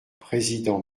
président